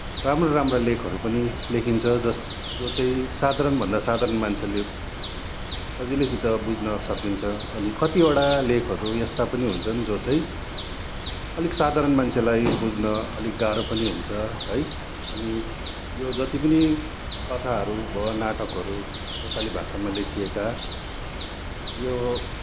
राम्रो राम्रो लेखहरू पनि लेखिन्छ जस जो चाहिँ साधारणभन्दा साधारण मान्छेले सजिलैसित बुझ्न सकिन्छ कतिवटा लेखहरू यस्ता पनि हुन्छन् जो चाहिँ अलिक साधारण मान्छेलाई बुझ्न अलिक गाह्रो पनि हुन्छ है अनि यो जति पनि कथाहरू भयो नाटकहरू नेपाली भाषामा लेखिएका यो